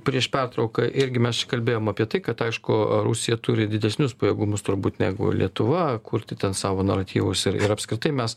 prieš pertrauką irgi mes čia kalbėjom apie tai kad aišku rusija turi didesnius pajėgumus turbūt negu lietuva kurti ten savo naratyvus ir ir apskritai mes